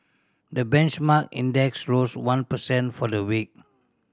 the benchmark index rose one per cent for the week